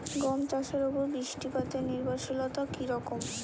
গম চাষের উপর বৃষ্টিপাতে নির্ভরশীলতা কী রকম?